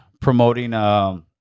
promoting